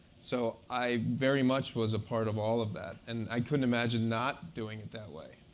so i very much was a part of all of that. and i couldn't imagine not doing it that way.